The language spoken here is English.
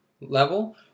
level